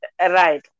Right